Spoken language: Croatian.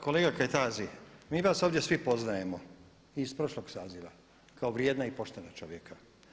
Kolega Kajtazi, mi vas ovdje svi poznajemo i iz prošlog saziva kao vrijedna i poštena čovjeka.